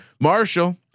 Marshall